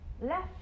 left